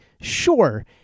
Sure